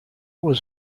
was